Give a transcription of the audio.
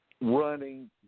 running